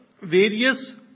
various